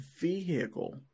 vehicle